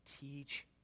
teach